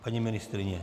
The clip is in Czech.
Paní ministryně?